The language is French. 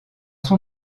son